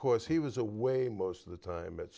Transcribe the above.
course he was away most of the time at